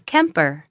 Kemper